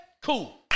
Cool